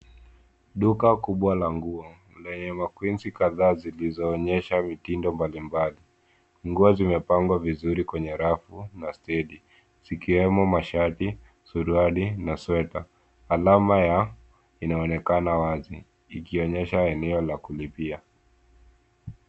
Duka kubwa la nguo lenye makwinsi kadhaa zilizoonyesha mitindo mbalimbali. Nguo zimepangwa vizuri kwenye rafu na stendi zikiwemo mashati, suruali na sweta. Alama ya unaonekana wazi ikionyesha eneo la kulipia.